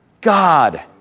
God